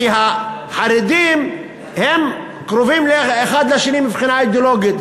כי החרדים קרובים מבחינה אידיאולוגית,